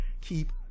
keep